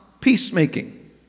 peacemaking